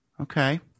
Okay